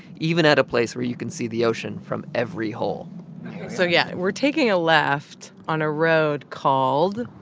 even at a place where you can see the ocean from every hole so, yeah, we're taking a left on a road called.